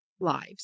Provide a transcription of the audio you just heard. lives